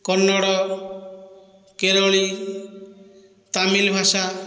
କନ୍ନଡ଼ କେରଳୀ ତାମିଲ ଭାଷା